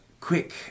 quick